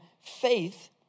faith